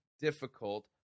difficult